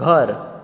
घर